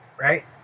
Right